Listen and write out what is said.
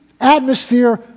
atmosphere